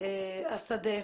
השדה